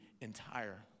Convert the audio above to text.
entire